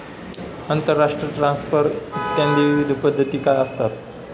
आंतरराष्ट्रीय ट्रान्सफर इत्यादी विविध पद्धती काय असतात?